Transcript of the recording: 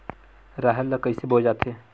राहेर ल कइसे बोय जाथे?